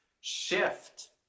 shift